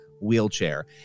wheelchair